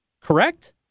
Correct